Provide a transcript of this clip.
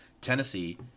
Tennessee